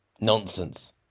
nonsense